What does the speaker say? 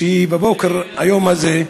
שבבוקר היום הזה,